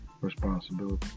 responsibility